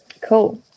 Cool